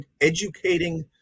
educating